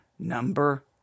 Number